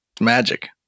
magic